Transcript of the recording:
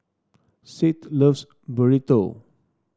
Seth loves Burrito